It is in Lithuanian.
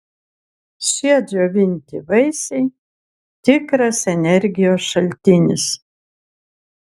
šie džiovinti vaisiai tikras energijos šaltinis